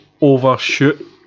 overshoot